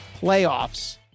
playoffs